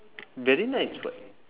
very nice [what]